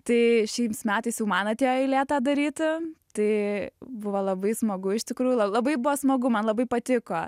tai šiaims metais jau man atėjo eilė tą daryti tai buvo labai smagu iš tikrųjų la labai buvo smagu man labai patiko